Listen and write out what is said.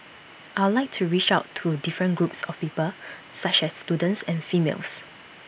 I'll like to reach out to different groups of people such as students and females